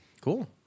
cool